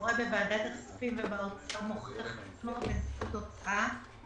שקורה בוועדת הכספים ובמשרד האוצר מוכיח את עצמו וזאת התוצאה.